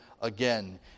again